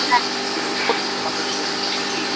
হ্যাঁ অবশ্যই হুম